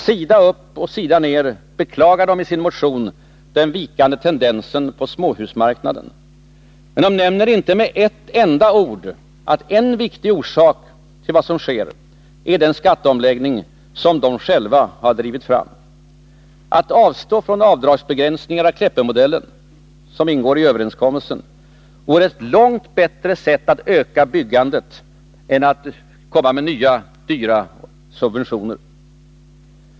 Sida upp och sida ner beklagar de i sin motion den vikande tendensen på småhusmarknaden. Men de nämner inte med ett enda ord att en viktig orsak härtill är den skatteomläggning som de själva drivit fram. Att avstå från de avdragsbegränsningar av Kleppemodellen som ingår i överenskommelsen vore ett långt bättre sätt att öka byggandet än att höja dyra subventioner.